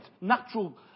natural